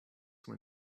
when